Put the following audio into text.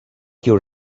you